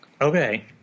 Okay